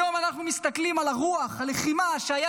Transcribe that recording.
היום אנחנו מסתכלים על רוח הלחימה שהייתה